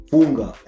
Funga